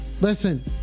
listen